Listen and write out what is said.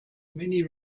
many